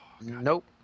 Nope